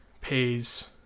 pays